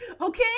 Okay